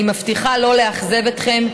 אני מבטיחה שלא לאכזב אתכם,